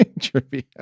trivia